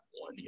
one